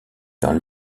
dans